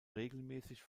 regelmäßig